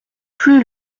plus